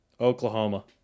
Oklahoma